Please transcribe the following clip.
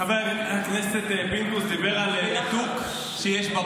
חברת הכנסת רייטן, בבקשה.